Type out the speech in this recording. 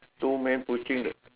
two man pushing the